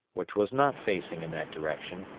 which was not facing in that direction,